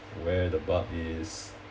where the bug is